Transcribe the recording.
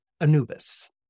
Anubis